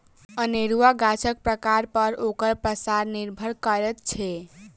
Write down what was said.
अनेरूआ गाछक प्रकार पर ओकर पसार निर्भर करैत छै